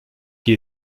qui